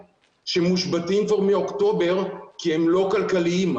שמושבתים כבר מאוקטובר כי הם לא כלכליים.